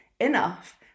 enough